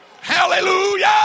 Hallelujah